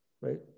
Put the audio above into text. Right